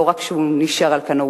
לא רק שהוא נשאר על כנו,